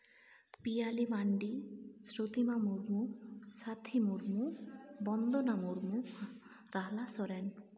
Piyali Mandi Srutima Murmu Sathi Murmu Bandana Murmu Rahla Soren